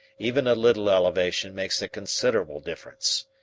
even a little elevation makes a considerable difference,